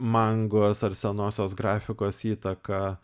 mangos ar senosios grafikos įtaką